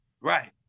Right